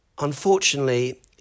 Unfortunately